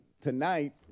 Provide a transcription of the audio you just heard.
tonight